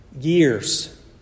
years